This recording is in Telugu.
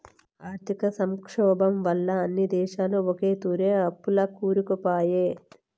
ఆర్థిక సంక్షోబం వల్ల అన్ని దేశాలు ఒకతూరే అప్పుల్ల కూరుకుపాయే